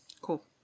Cool